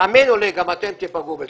תאמינו לי, גם אתם תיפגעו.